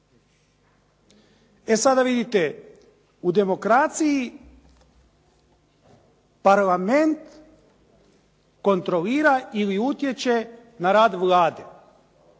E sada vidite, u demokraciji Parlament kontrolira ili utječe na rad Vlade.